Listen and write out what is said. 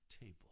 table